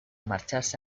marcharse